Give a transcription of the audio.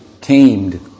tamed